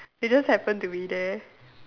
they just happen to be there